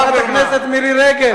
חברת הכנסת מירי רגב,